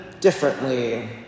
differently